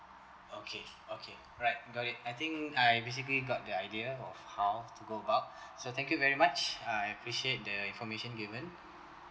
okay okay right got it I think I basically got the idea of how to go about so thank you very much I appreciate the information given